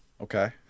Okay